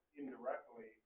indirectly